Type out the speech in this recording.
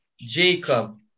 Jacob